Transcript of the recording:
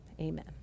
Amen